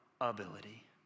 ability